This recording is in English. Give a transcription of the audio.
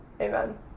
Amen